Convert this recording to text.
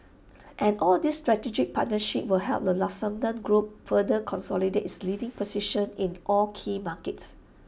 and all these strategic partnerships will help the Lufthansa group further consolidate its leading position in all key markets